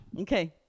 Okay